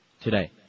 Today